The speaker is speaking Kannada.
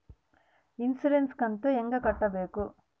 ಇನ್ಸುರೆನ್ಸ್ ಕಂತು ಹೆಂಗ ಕಟ್ಟಬೇಕು?